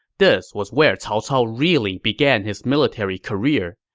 this was where cao cao really began his military career.